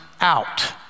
out